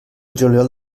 juliol